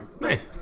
Nice